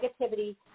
negativity